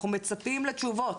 אנחנו מצפים לתשובות.